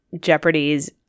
jeopardy's